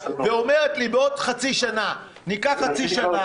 והיית אומרת לי בעוד חצי שנה ניקח חצי שנה,